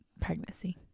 Pregnancy